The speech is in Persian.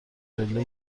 پله